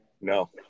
No